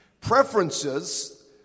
Preferences